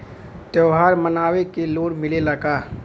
त्योहार मनावे के लोन मिलेला का?